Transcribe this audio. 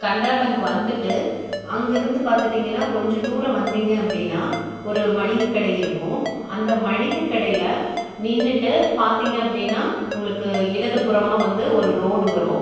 Canara bank வந்துட்டு அங்கேருந்து பார்த்துட்டிங்கனா கொஞ்சம் தூரம் வந்திங்க அப்படின்னா ஒரு மளிகைக்கடை இருக்கும் அந்த மளிகைக்கடையில் நின்னுகிட்டு பார்த்திங்க அப்படின்னா உங்களுக்கு இடதுப்புறமாக வந்து ஒரு ரோடு வரும்